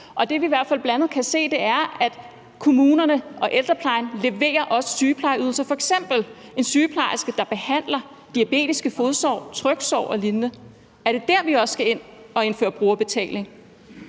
hvert fald bl.a. kan se, er, at kommunerne og ældreplejen også leverer sygeplejeydelser. Det kunne f.eks. være en sygeplejerske, der behandler diabetiske fodsår, tryksår og lignende, og er det der, vi også skal ind at indføre brugerbetaling